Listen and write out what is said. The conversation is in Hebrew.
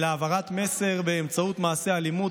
אלא העברת מסר באמצעות מעשי אלימות,